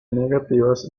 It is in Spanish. negativas